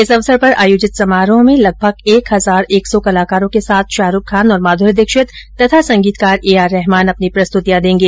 इस अवसर पर आयोजित समारोह में लगभग एक हजार एक सौ कलाकारों के साथ शाहरुख खान और माध्री दीक्षित तथा संगीतकार एआर रहमान अपनी प्रस्तुतियां देंगे